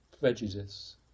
prejudice